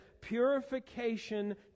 Purification